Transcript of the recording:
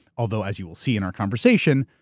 although as you will see in our conversation,